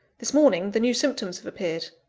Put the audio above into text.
this morning the new symptoms have appeared.